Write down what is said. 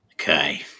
Okay